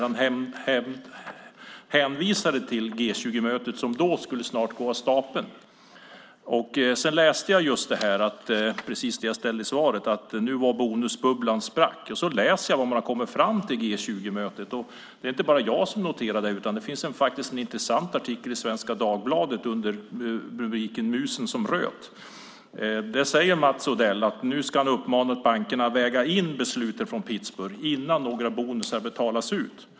Han hänvisade till G20-mötet som då snart skulle gå av stapeln. Sedan läste jag att bonusbubblan sprack, och så läser jag vad som kom fram vid G20-mötet. Det är inte bara jag som noterat det, utan det finns en intressant artikel i Svenska Dagbladet med rubriken Musen som röt, där Mats Odell säger att han ska uppmana bankerna att väga in beslutet från Pittsburgh innan några bonusar betalas ut.